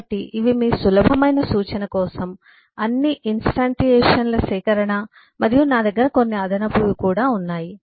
కాబట్టి ఇవి మీ సులభమైన సూచన కోసం అన్ని ఇన్స్టాంటియేషన్ల సేకరణ మరియు నా దగ్గర కొన్ని అదనపువి కూడా ఉన్నాయి